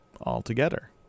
altogether